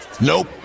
Nope